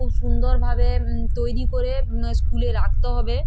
খুব সুন্দরভাবে তৈরি করে স্কুলে রাখতে হবে